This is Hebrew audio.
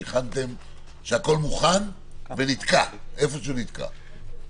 שהכול מוכן ואיפשהו נתקע?